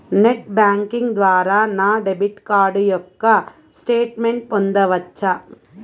Net banking ద్వారా నా debit card యొక్క స్టేట్మెంట్ పొందవచ్చా?